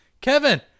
Kevin